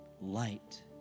light